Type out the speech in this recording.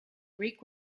greek